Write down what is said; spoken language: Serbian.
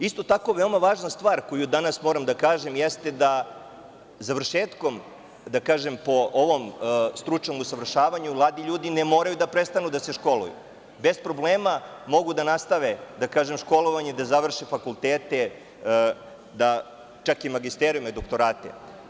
Isto tako, veoma važna stvar koju danas moram da kažem, jeste da završetkom po ovom stručnom usavršavanju mladi ljudi ne moraju da prestanu da se školuju, bez problema mogu da nastave školovanje i da završe fakultete, čak i magistrature i doktorate.